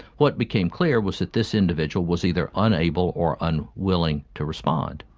what became clear was that this individual was either unable or unwilling to respond.